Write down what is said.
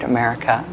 America